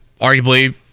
arguably